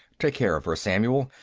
take care of her, samuel.